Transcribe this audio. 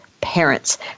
parents